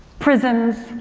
prisons.